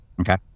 Okay